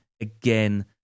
again